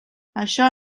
això